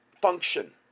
function